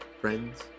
friends